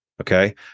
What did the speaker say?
Okay